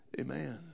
amen